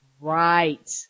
Right